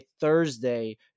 Thursday